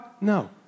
No